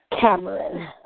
Cameron